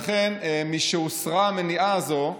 לכן, משהוסרה המניעה הזאת,